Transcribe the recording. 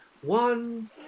one